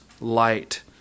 light